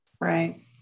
Right